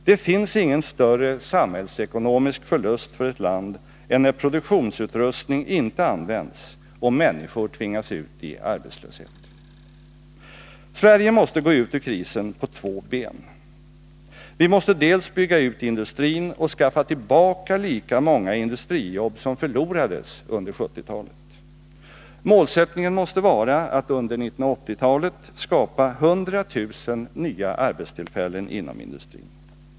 Det finns ingen större samhällsekonomisk förlust för ett land än när produktionsutrustning inte används och människor tvingas ut i arbetslöshet. Sverige måste gå ut ur krisen på två ben. Vi måste dels bygga ut industrin och skaffa tillbaka lika många industrijobb som förlorades under 1970-talet. Målsättningen måste vara att under 1980-talet skapa 100 000 nya arbetstillfällen inom industrin.